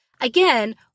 again